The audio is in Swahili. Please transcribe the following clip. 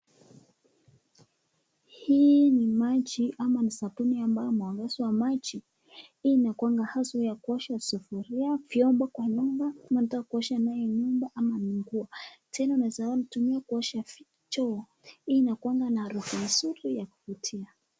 Maji ama ni sabuni amabyo imeongezwa maji. Inakuwanga haswa ya kuosha sufuria, vyombo kwa nyumba kama unataka kuosha nayo nyumba ama ni nguo tena unaeza tumia kuosha choo. Inakuwanga na harufu nzuri ya kuvutia.